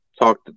talk